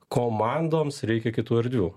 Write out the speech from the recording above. komandoms reikia kitų erdvių